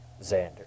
Xander